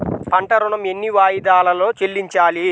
పంట ఋణం ఎన్ని వాయిదాలలో చెల్లించాలి?